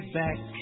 back